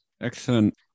Excellent